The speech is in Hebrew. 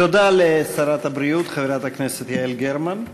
תודה לשרת הבריאות, חברת הכנסת יעל גרמן.